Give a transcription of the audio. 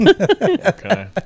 Okay